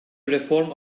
reform